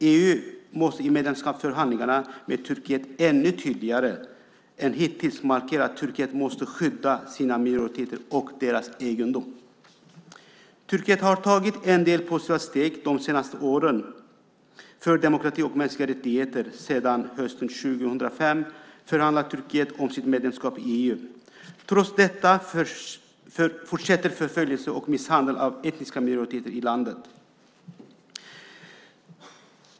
EU måste i medlemskapsförhandlingarna med Turkiet ännu tydligare än hittills markera att Turkiet måste skydda sina minoriteter och deras egendom. Turkiet har tagit en del positiva steg de senaste åren för demokrati och mänskliga rättigheter. Sedan hösten 2005 förhandlar Turkiet om medlemskap i EU. Trots detta fortsätter förföljelse och misshandel av etniska minoriteter i landet.